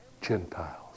Gentiles